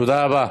תודה רבה.